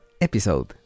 episode